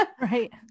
right